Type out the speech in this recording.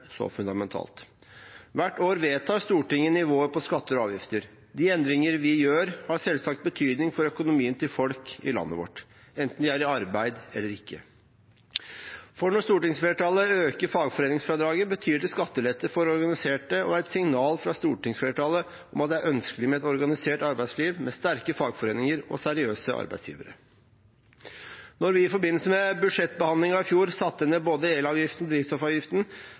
så fundamentalt. Hvert år vedtar Stortinget nivået på skatter og avgifter. De endringer vi gjør, har selvsagt betydning for økonomien til folk i landet vårt, enten de er i arbeid eller ikke. Når stortingsflertallet øker fagforeningsfradraget, betyr det skattelette for organiserte og er et signal fra stortingsflertallet om at det er ønskelig med et organisert arbeidsliv med sterke fagforeninger og seriøse arbeidsgivere. Da vi i forbindelse med budsjettbehandlingen i fjor satte ned både elavgiften og drivstoffavgiften,